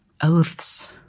oaths